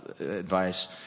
advice